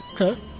Okay